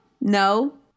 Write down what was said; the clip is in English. No